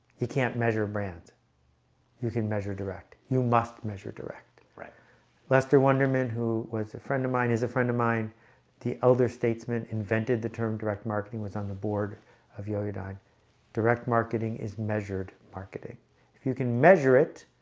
you can't measure a brand you can measure direct you must measure direct right lester wunderman who was a friend of mine is a friend of mine the elder statesman invented the term direct marketing was on the board of yoyodyne direct marketing is measured marketing if you can measure it,